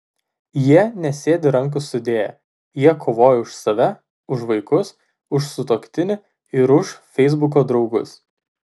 jie nesėdi rankų sudėję jie kovoja už save už vaikus už sutuoktinį ir už feisbuko draugus